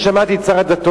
שמעתי לא מזמן את שר הדתות.